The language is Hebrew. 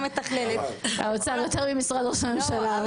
האוצר יותר ממשרד ראש הממשלה.